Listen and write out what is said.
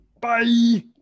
Bye